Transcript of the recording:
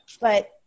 but-